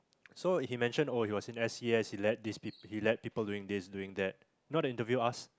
so he mentioned oh he was in S_C_S he led these he led people doing this doing that you know the interview asked